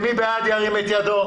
מי בעד, ירים את ידו.